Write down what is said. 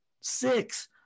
six